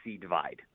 divide